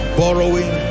borrowing